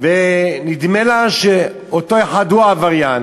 ונדמה לה שאותו אחד הוא העבריין,